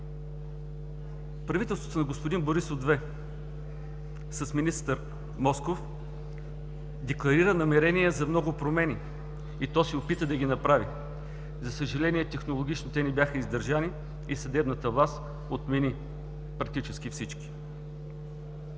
Правителството на господин Борисов 2 с министър Москов декларира намерения за много промени и то се опита да ги направи. За съжаление, технологично те не бяха издържани и съдебната власт отмени практически всички.